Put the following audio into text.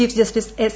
chief justice S